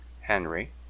Henry